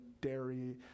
dairy